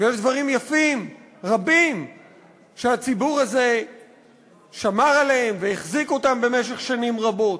ויש דברים יפים רבים שהציבור הזה שמר עליהם והחזיק אותם במשך שנים רבות,